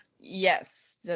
Yes